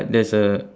there's a